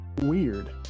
weird